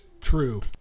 true